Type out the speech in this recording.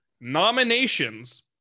Nominations